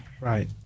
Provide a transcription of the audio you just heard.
Right